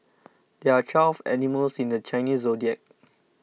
there are twelve animals in the Chinese zodiac